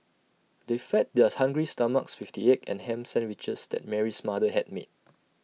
they fed their hungry stomachs with the egg and Ham Sandwiches that Mary's mother had made